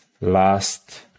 Last